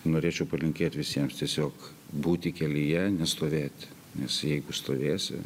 norėčiau palinkėt visiems tiesiog būti kelyje nestovėti nes jeigu stovėsi